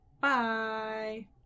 Bye